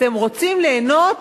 אתם רוצים ליהנות